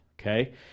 okay